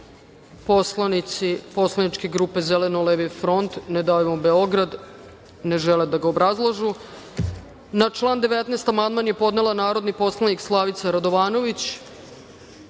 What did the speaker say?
poslanici Poslaničke grupe Zeleno-levi front – Ne davimo Beograd. Ne žele da ga obrazlažu. Na član 19. amandman je podnela narodni poslanik Slavica Radovanović.